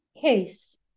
case